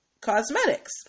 Cosmetics